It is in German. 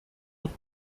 noch